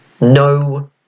no